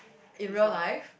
in real life